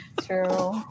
true